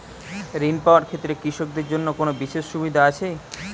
ঋণ পাওয়ার ক্ষেত্রে কৃষকদের জন্য কোনো বিশেষ সুবিধা আছে?